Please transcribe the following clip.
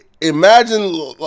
imagine